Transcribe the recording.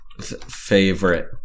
favorite